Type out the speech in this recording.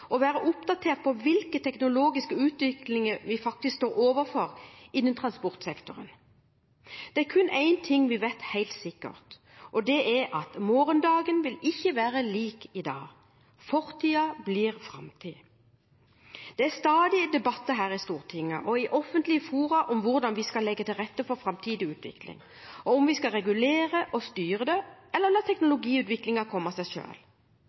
å være oppdatert på hvilke teknologiske utviklinger vi faktisk står overfor innen transportsektoren. Det er kun én ting vi vet helt sikkert, og det er at morgendagen ikke vil være lik dagen i dag. Fortiden blir framtid. Det er stadig debatter her i Stortinget og i offentlige fora om hvordan vi skal legge til rette for framtidig utvikling, og om vi skal regulere og styre det, eller la teknologiutviklingen komme av seg